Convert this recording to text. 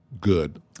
Good